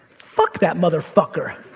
fuck that motherfucker.